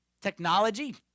Technology